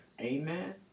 amen